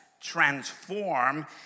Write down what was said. transform